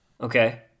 Okay